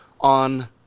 on